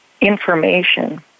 information